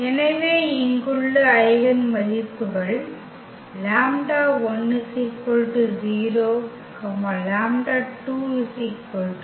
எனவே இங்குள்ள ஐகென் மதிப்புகள் λ1 0 λ2 3